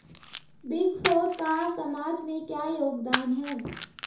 Big four का समाज में क्या योगदान है?